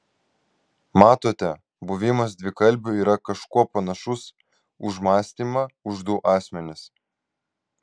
matote buvimas dvikalbiu yra kažkuo panašus už mąstymą už du asmenis